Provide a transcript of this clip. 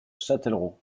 châtellerault